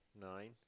Nine